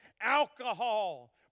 alcohol